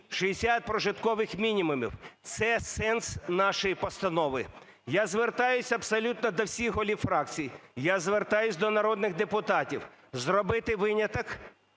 60 прожиткових мінімумів – це сенс нашої постанови. Я звертаюсь абсолютно до всіх голів фракцій, я звертаюсь до народних депутатів – зробити виняток,